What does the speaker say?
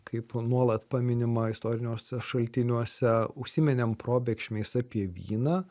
kaip nuolat paminima istoriniuose šaltiniuose užsiminėm probėgšmiais apie vyną